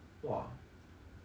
!wah!